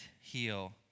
heal